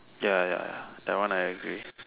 ya ya ya that one I agree